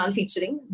Featuring